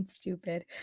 stupid